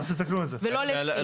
ולא לפי.